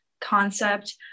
concept